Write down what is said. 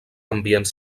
ambients